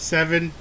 Seven